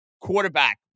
Quarterback